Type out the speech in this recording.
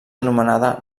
anomenada